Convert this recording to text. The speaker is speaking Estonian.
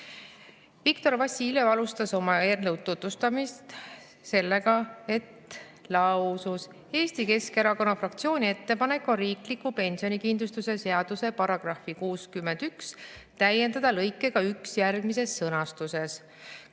juht. Viktor Vassiljev alustas eelnõu tutvustamist sellega, et lausus, et Eesti Keskerakonna fraktsiooni ettepanek on riikliku pensionikindlustuse seaduse § 61 täiendada lõikega 1 järgmises sõnastuses: